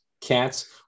cats